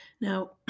Now